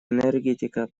энергетика